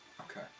okay